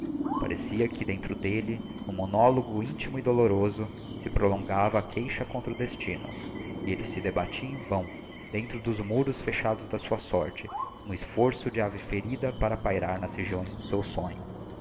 parecia que dentro d'elle n'um monologo intimo e doloroso se prolongava a queixa contra o destino e elle se debatia em vão dentro dos muros fechados da sua sorte n'um esforço de ave ferida para pairar nas regiões do seu sonho